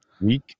week